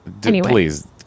Please